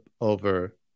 over